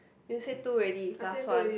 you say two already last one